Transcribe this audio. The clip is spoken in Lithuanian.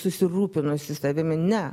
susirūpinusi savimi ne